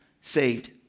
saved